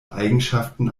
eigenschaften